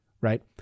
right